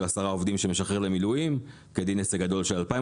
10 עובדים שמשחרר למילואים כדין עסק גדול של 2,000